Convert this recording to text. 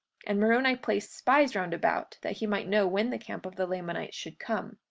and moroni placed spies round about, that he might know when the camp of the lamanites should come.